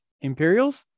Imperials